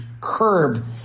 curb